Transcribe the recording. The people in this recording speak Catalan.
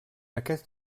aquest